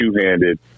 two-handed